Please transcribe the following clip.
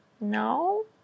no